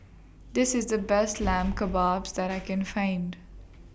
This IS The Best Lamb Kebabs that I Can Find